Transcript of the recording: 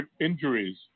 injuries